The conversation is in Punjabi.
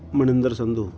ਮਨਿੰਦਰ ਸੰਧੂ